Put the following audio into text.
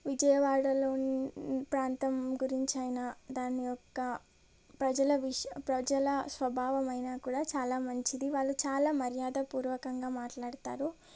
విజయవాడలోని ప్రాంతం గురించైనా దాని యొక్క ప్రజల విష ప్రజల స్వభావమైన కూడా చాలా మంచిది వాళ్ళు చాలా మర్యాదపూర్వకంగా మాట్లాడుతారు